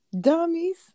Dummies